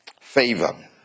favor